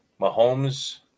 Mahomes